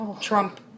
Trump